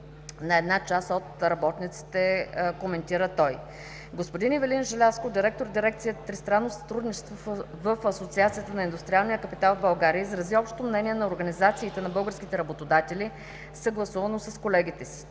на една част от работниците. Господин Ивелин Желязков – директор на дирекция „Тристранно сътрудничество“ в Асоциацията на индустриалния капитал в България, изрази общото мнение на организациите на българските работодатели, съгласувано с колегите.